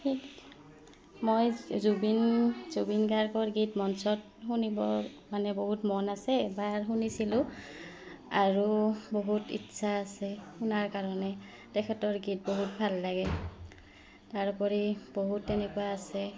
ঠিক মই জুবিন জুবিন গাৰ্গৰ গীত মঞ্চত শুনিব মানে বহুত মন আছে বা শুনিছিলোঁ আৰু বহুত ইচ্ছা আছে শুনাৰ কাৰণে তেখেতৰ গীত বহুত ভাল লাগে তাৰোপৰি বহুত তেনেকুৱা আছে